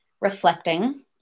reflecting